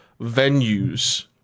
venues